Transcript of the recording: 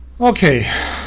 Okay